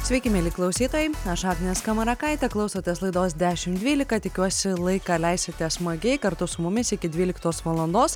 sveiki mieli klausytojai agnė skamarakaitė klausotės laidos dešim dvylika tikiuosi laiką leisite smagiai kartu su mumis iki dvyliktos valandos